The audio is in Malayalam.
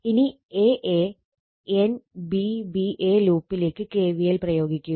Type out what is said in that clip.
ഇനി a A N B b a ലൂപ്പിലേക്ക് KVL പ്രയോഗിക്കുക